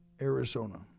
Arizona